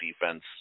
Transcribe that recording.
defense